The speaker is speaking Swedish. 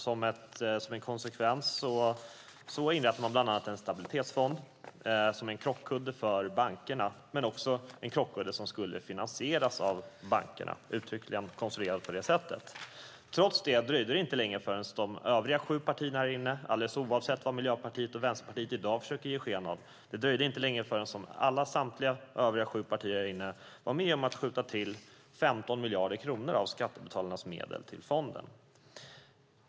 Som en konsekvens inrättade man bland annat en stabilitetsfond som en krockkudde för bankerna. Men det var också en krockkudde som skulle finansieras av bankerna. Den var uttryckligen konstruerad på det sättet. Trots detta dröjde det inte länge förrän samtliga övriga sju partier här inne - alldeles oavsett vad Miljöpartiet och Vänsterpartiet i dag försöker ge sken av - var med om att skjuta till 15 miljarder kronor av skattebetalarnas medel till fonden.